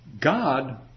God